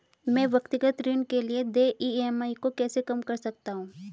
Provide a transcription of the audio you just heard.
मैं व्यक्तिगत ऋण के लिए देय ई.एम.आई को कैसे कम कर सकता हूँ?